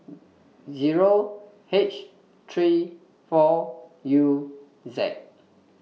Zero H three four U Z